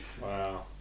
Wow